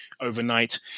overnight